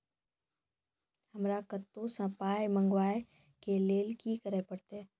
हमरा कतौ सअ पाय मंगावै कऽ लेल की करे पड़त?